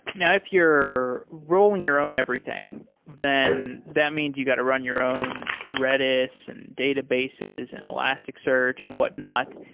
now, if you're rolling your own everything, then that means you got to run your own redis and databases and elasticsearch and whatnot,